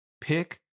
pick